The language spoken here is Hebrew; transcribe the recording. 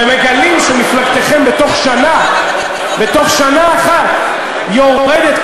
ומגלים שמפלגתכם בתוך שנה אחת יורדת,